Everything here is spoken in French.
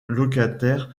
locataires